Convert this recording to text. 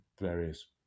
various